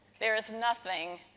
there is nothing.